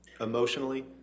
Emotionally